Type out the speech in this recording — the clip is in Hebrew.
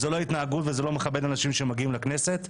זו לא התנהגות וזה לא מכבד אנשים שמגיעים לכנסת.